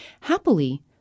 Happily